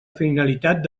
finalitat